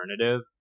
alternative